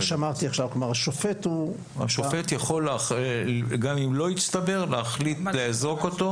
גם אם לא הצטבר השופט יכול להחליט לאזוק אותו